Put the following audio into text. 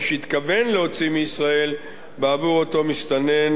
או שהתכוון להוציא מישראל בעבור אותו מסתנן,